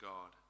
God